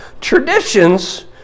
Traditions